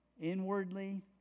inwardly